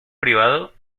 privado